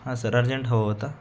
हा sir urgent हवं होता